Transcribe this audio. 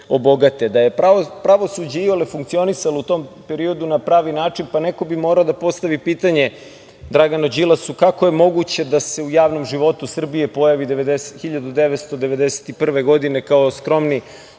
je pravosuđe iole funkcionisalo u tom periodu na pravi način, pa neko bi morao da postavi pitanje Draganu Đilasu - kako je moguće da se u javnom životu Srbije pojavi 1991. godine kao skromni